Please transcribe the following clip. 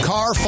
Car